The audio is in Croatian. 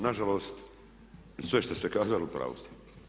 Nažalost sve što ste kazali u pravu ste.